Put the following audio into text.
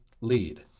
lead